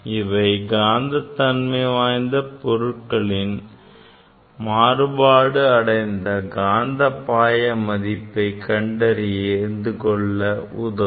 அவை காந்ததன்மை வாய்ந்த பொருள்களின் மாறுபாடு அடைந்த காந்தப்பாய மதிப்பை கண்டறிந்து கொள்ள உதவும்